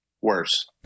Worse